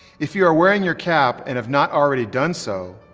if you are wearing your cap and have not already done so,